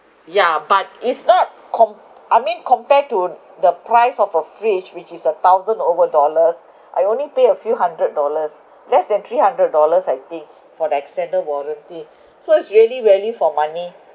ya but it's not com~ I mean compared to the price of a fridge which is a thousand over dollars I only pay a few hundred dollars less than three hundred dollars I think for that extended warranty so it's really value for money